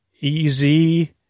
easy